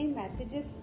messages